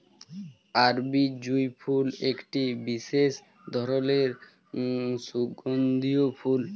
আরবি জুঁই ফুল একটি বিসেস ধরলের সুগন্ধিও ফুল